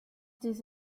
this